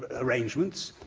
arrangements,